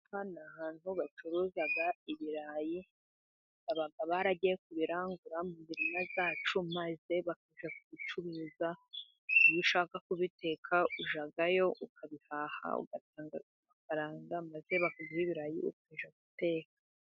Aha ni ahantu bacuruza ibirayi ,baba baragiye kubirangura mu mirima yacu, maze bakajya kubicuruza ,iyo ushaka kubiteka ujyayo ukabihaha, ugatanga amafaranga, maze bakaguha ibirayi ukajya guteka.